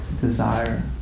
desire